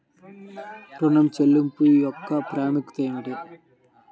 ఋణ చెల్లింపుల యొక్క ప్రాముఖ్యత ఏమిటీ?